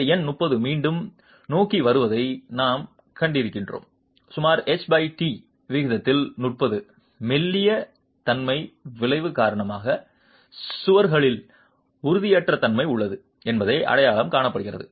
இந்த எண் 30 மீண்டும் நோக்கி வருவதை நாம் கண்டிருக்கிறோம் சுமார் எச்டி விகிதத்தில் 30 மெல்லிய தன்மை விளைவு காரணமாக சுவர்களில் உறுதியற்ற தன்மை உள்ளது என்பது அடையாளம் காணப்படுகிறது